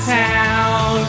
town